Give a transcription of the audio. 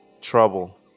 Trouble